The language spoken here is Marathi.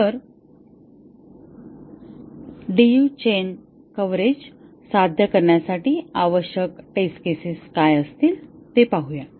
तर DU चेन कव्हरेज साध्य करण्यासाठी आवश्यक टेस्ट केसेस काय असतील ते पाहूया